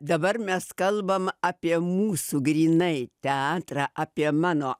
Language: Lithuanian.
dabar mes kalbam apie mūsų grynai teatrą apie mano